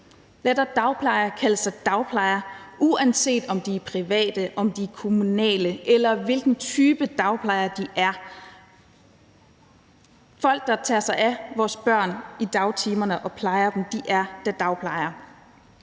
Lad dog dagplejere kalde sig dagplejere, uanset om de er private eller kommunale, altså uanset hvilken type dagplejer de er. Folk, der tager sig af vores børn i dagtimerne og plejer dem, er da dagplejere.